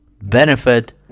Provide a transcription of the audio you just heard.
benefit